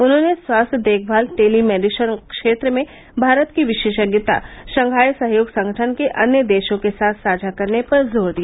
उन्होंने स्वास्थ्य देखमाल टेली मेडिशन क्षेत्र में भारत की विशेषज्ञता शंघाई सहयोग संगठन के अन्य देशों के साथ साझा करने पर जोर दिया